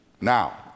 Now